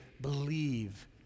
believe